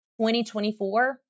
2024